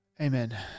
Amen